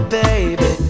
baby